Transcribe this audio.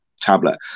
tablet